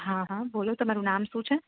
હા હા બોલો તમારું નામ શું છે